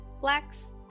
Flex